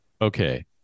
Okay